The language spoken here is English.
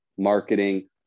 marketing